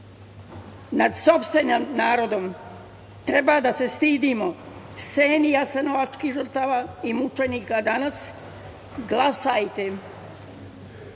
nad sopstvenim narodom. Treba da se stidimo seni jasenovačkih žrtava i mučenika danas. Glasajte